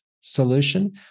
solution